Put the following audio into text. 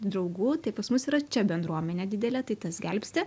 draugų tai pas mus yra čia bendruomenė didelė tai tas gelbsti